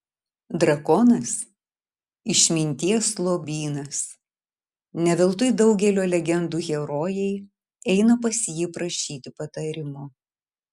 drakonas išminties lobynas ne veltui daugelio legendų herojai eina pas jį prašyti patarimo